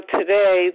today